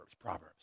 Proverbs